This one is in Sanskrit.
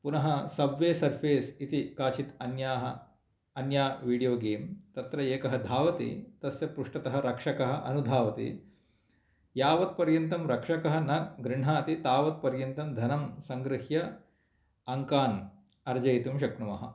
पुनः सब्वे सर्फेस् इति काचित् अन्याः अन्या विडियो गेम् तत्र एक धावति तस्य पृष्टतः रक्षकः अनुधावति यावत् पर्यन्तं रक्षकः न गृह्णाति तावत् पर्यन्तं धनं सङ्गृह्य अङ्कान् अर्जयितुं शक्नुमः